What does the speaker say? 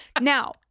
Now